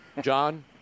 John